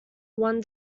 one